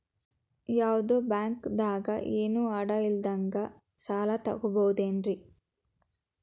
ಯಾವ್ದೋ ಬ್ಯಾಂಕ್ ದಾಗ ಏನು ಅಡ ಇಲ್ಲದಂಗ ಸಾಲ ತಗೋಬಹುದೇನ್ರಿ?